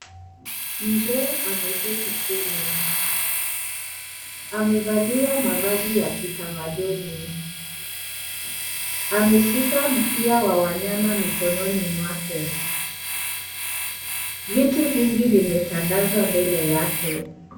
Mzee ameketi chini. Amevalia mavazi ya kitamaduni. Ameshika mkia wa wanyama mikononi mwake, vitu vingi vimetandazwa mbele yake.